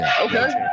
Okay